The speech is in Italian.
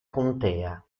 contea